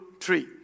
three